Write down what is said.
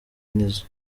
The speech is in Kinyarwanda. nizzo